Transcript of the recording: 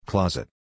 Closet